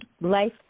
life